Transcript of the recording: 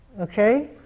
okay